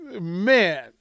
man